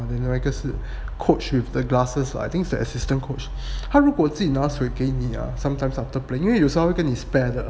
then 另外一个是 coach with the glasses I think is the assistant coach 他如果自己拿水给你 ah sometimes after playing 因为有时候他会跟你 spar 的